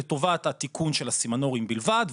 לטובת התיקון של הסימנורים בלבד,